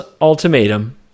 Ultimatum